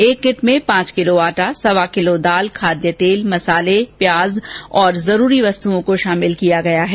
एक किट में पांच किलो आटा सवा किलो दाल खाद्य तेल मसाले प्याज और जरूरी वस्तुओं को शामिल किया गया है